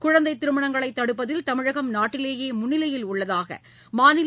குழந்தை திருமணங்களைத் தடுப்பதில் தமிழகம் நாட்டிலேயே முன்னிலையில் உள்ளதாக மாநில